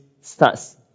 starts